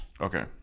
okay